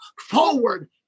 forward